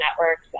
networks